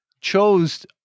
chose